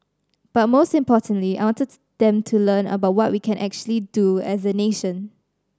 but most importantly I wanted them to learn about what we can actually do as a nation